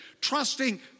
trusting